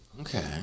Okay